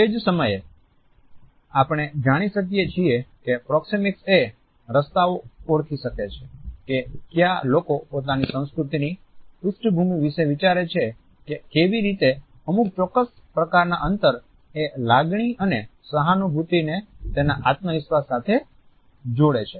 તે જ સમયે આપણે જાણી શકીએ છીએ કે પ્રોક્સીમીક્સ એ રસ્તાઓ ઓળખી શકે છે કે ક્યાં લોકો પોતાની સંસ્કૃતિની પૃષ્ઠભૂમિ વિશે વિચારે કે કેવી રીતે અમુક ચોક્કસ પ્રકારના અંતર એ લાગણી અને સહાનુભૂતિને તેના આત્મવિશ્વાસ સાથે જોડે છે